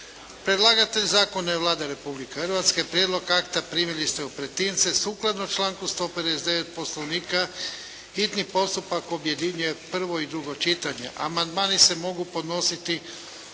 Predlagatelj zakona je Vlada Republike Hrvatske. Prijedlog akta primili ste u pretince. Sukladno članku 159. Poslovnika hitni postupak objedinjuje prvo i drugo čitanje. Amandmani se mogu podnositi